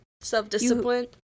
Self-discipline